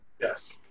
Yes